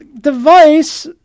device